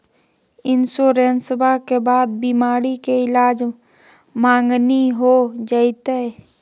इंसोरेंसबा के बाद बीमारी के ईलाज मांगनी हो जयते?